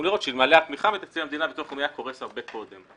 ואלמלא התמיכה מתקציב המדינה הביטוח הלאומי היה קורס הרבה קודם.